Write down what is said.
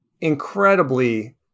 incredibly